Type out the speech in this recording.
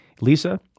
Lisa